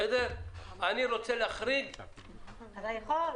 אני רוצה להחריג --- אתה יכול.